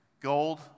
Gold